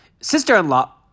sister-in-law